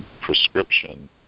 prescription